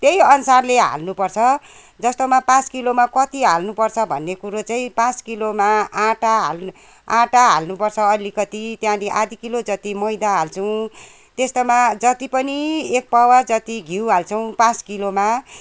त्यही अनुसारले हाल्नुपर्छ जस्तोमा पाँच किलोमा कत्ति हाल्नुपर्छ भन्ने कुरो चाहिँ पाँच किलोमा आँटा हाल हाल्नु आँटा हाल हाल्नुपर्छ अलिकति त्यहाँदेखि आधी किलो जति मैदा हाल्छौँ त्यस्तोमा जत्ति पनि एक पावा जत्ति घिउ हाल्छौँ पाँच किलोमा